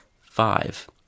Five